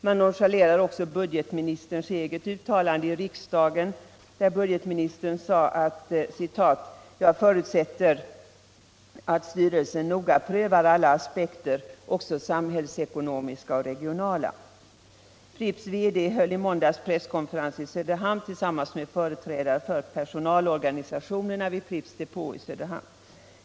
Man nonchalerar också budgetministerns uttalande i riksdagen: ”Jag förutsätter att styrelsen noga prövar alla aspekter, också samhällsekonomiska och regionala.” Pripps VD höll i måndags presskonferens i Söderhamn tillsammans med företrädare för personalorganisationerna vid Pripps depå i Söderhamn.